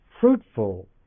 fruitful